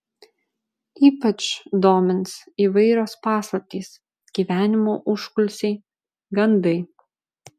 ypač domins įvairios paslaptys gyvenimo užkulisiai gandai